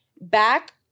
back